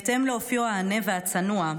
בהתאם לאופיו העניו והצנוע,